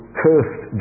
cursed